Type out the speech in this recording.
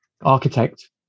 architect